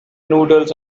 noodles